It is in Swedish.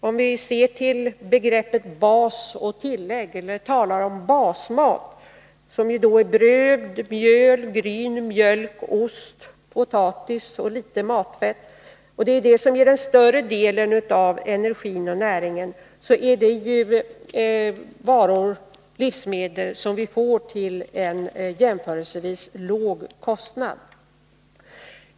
Om vi ser till begreppet bas och tillägg — basmaten, som är bröd, mjöl, gryn, mjölk, ost, potatis och litet matfett, ger större delen av energin och näringen — så är det ju varor och livsmedel som vi får till en jämförelsevis låg kostnad.